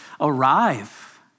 arrive